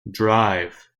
drive